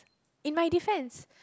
in my defense